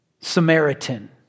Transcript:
Samaritan